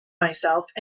myself